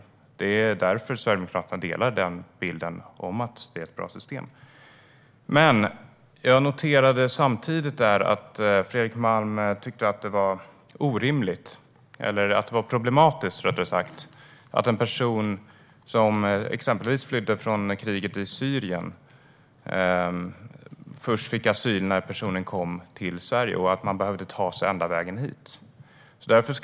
Sverigedemokraterna har därför samma bild, att det är bra system. Jag noterade att Fredrik Malm tycker att det är problematiskt att exempelvis en person som flyr från kriget i Syrien får asyl först när personen kommer till Sverige och att personen behövde ta sig ända hit.